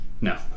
No